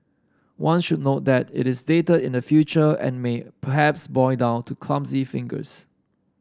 one should note that it is dated in the future and may perhaps boil down to clumsy fingers